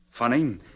Funny